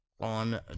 On